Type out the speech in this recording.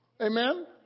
Amen